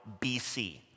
BC